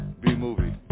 B-movie